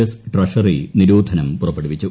S treasury നിരോധനം പുറപ്പെടുവിച്ചു